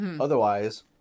Otherwise